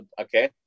okay